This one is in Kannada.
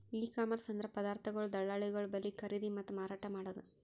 ಇ ಕಾಮರ್ಸ್ ಅಂದ್ರ ಪದಾರ್ಥಗೊಳ್ ದಳ್ಳಾಳಿಗೊಳ್ ಬಲ್ಲಿ ಖರೀದಿ ಮತ್ತ್ ಮಾರಾಟ್ ಮಾಡದು